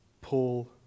Pull